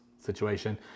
situation